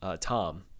Tom